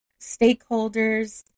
stakeholders